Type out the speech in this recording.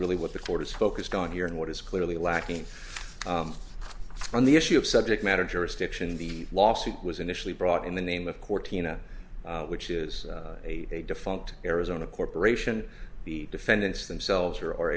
really what the court is focused on here in what is clearly lacking on the issue of subject matter jurisdiction the lawsuit was initially brought in the name of cortinas which is a defunct arizona corporation the defendants themselves or or